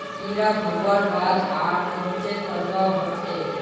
कीड़ा भगवार बाद आर कोहचे करवा होचए?